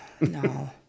No